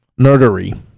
Nerdery